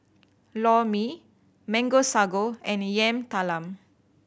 Lor Mee Mango Sago and Yam Talam